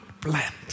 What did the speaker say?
plant